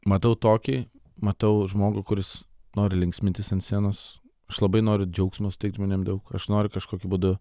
matau tokį matau žmogų kuris nori linksmintis ant scenos aš labai noriu džiaugsmo suteikt žmonėm daug aš noriu kažkokiu būdu